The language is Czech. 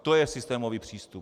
To je systémový přístup.